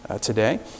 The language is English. today